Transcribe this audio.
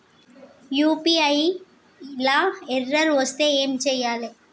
UPI లా error వస్తే ఏం చేయాలి?